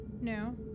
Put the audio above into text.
No